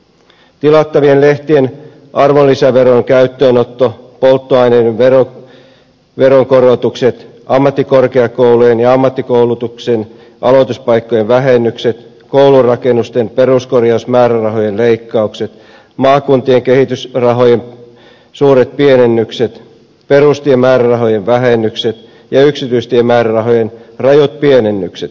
tilattavien lehtien arvonlisäveron käyttöönotto polttoaineiden veronkorotukset ammattikorkeakoulujen ja ammattikoulutuksen aloituspaikkojen vähennykset koulurakennusten peruskorjausmäärärahojen leikkaukset maakuntien kehitysrahojen suuret pienennykset perustiemäärärahojen vähennykset ja yksityistiemäärärahojen rajut pienennykset